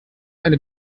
eine